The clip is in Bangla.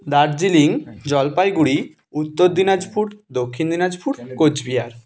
দার্জিলিং জলপাইগুড়ি উত্তর দিনাজপুর দক্ষিণ দিনাজপুর কোচবিহার